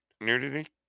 nudity